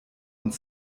und